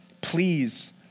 Please